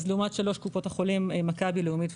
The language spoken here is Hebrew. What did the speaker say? אז לעומת שלוש קופות החולים לאומית,